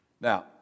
Now